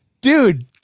dude